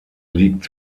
liegt